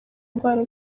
ndwara